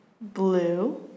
blue